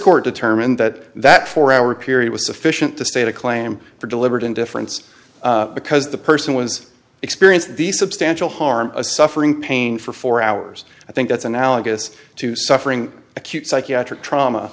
court determined that that four hour period was sufficient to state a claim for deliberate indifference because the person was experience the substantial harm suffering pain for four hours i think that's analogous to suffering acute psychiatric trauma